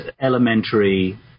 elementary